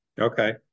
okay